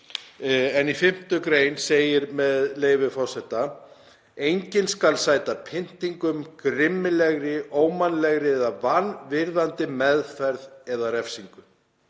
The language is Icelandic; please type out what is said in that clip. En í 5. gr. segir, með leyfi forseta: „Enginn skal sæta pyndingum, grimmilegri, ómannlegri eða vanvirðandi meðferð eða refsingu.“